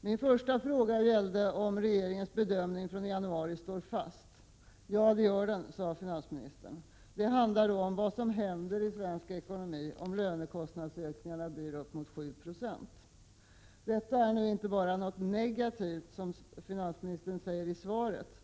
Min första fråga gällde om regeringens bedömning från i januari står fast. Ja, det gör den, sade finansministern. Det handlar om vad som händer i svensk ekonomi om lönekostnadsökningarna blir 7 90. Detta är nu inte bara ”negativt”, som finansministern säger i svaret.